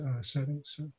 settings